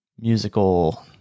musical